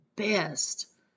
best